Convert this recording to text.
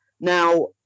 Now